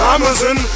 Amazon